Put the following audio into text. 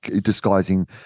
disguising